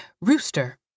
Rooster